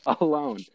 alone